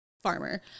farmer